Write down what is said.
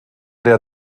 der